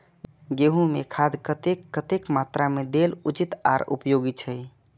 गेंहू में खाद कतेक कतेक मात्रा में देल उचित आर उपयोगी छै?